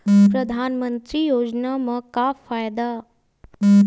परधानमंतरी योजना म का फायदा?